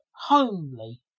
homely